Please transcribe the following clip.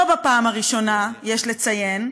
לא בפעם הראשונה, יש לציין,